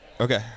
Okay